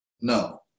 no